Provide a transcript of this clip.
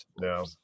No